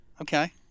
Okay